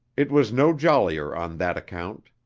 it was no jollier on that account.